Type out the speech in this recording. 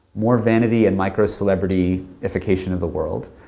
more vanity and micro-celebrityification of the world,